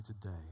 today